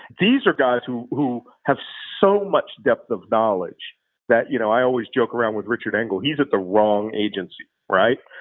these are guys who who have so much depth of knowledge that, you know, i always joke around with richard engel he's at the wrong agency, right?